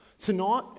Tonight